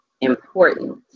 important